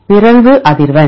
பிறழ்வு அதிர்வெண்